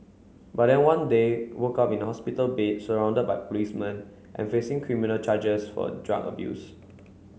but then one day woke up in a hospital bed surrounded by policemen and facing criminal charges for drug abuse